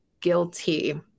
guilty